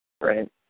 Right